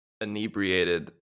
inebriated